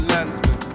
Landsman